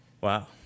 Wow